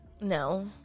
no